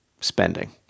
spending